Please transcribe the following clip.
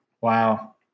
Wow